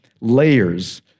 layers